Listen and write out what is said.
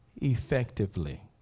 effectively